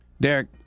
Derek